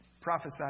prophesied